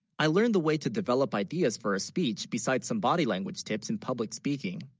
i learned the way to develop ideas for a speech besides some body language tips in public speaking